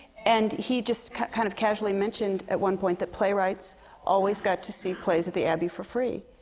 and he just k kind of casually mentioned at one point that playwrights always got to see plays at the abbey for free.